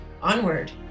onward